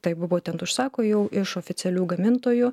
taip būtent užsako jau iš oficialių gamintojų